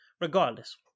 Regardless